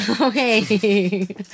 okay